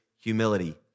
humility